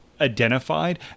identified